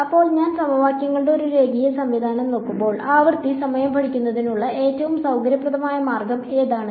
അപ്പോൾ ഞാൻ സമവാക്യങ്ങളുടെ ഒരു രേഖീയ സംവിധാനം നോക്കുമ്പോൾ ആവൃത്തി സമയം പഠിക്കുന്നതിനുള്ള ഏറ്റവും സൌകര്യപ്രദമായ മാർഗം ഏതാണ്